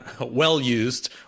well-used